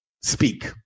speak